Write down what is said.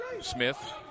Smith